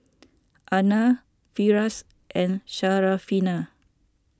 Aina Firash and Syarafina